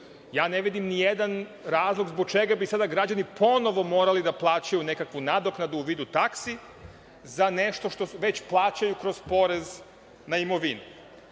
Ne vidim ni jedan razlog zbog čega bi sada građani ponovo morali da plaćaju nekakvu nadoknadu u vidu taksi za nešto što već plaćaju kroz porez na imovinu.U